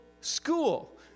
school